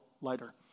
lighter